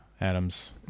adam's